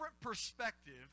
perspective